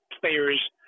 players